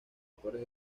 actores